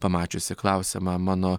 pamačiusi klausiamą mano